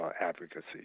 advocacy